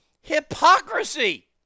hypocrisy